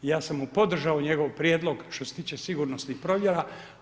Ja sam mu podržao njegov prijedlog što se tiče sigurnosnih provjera.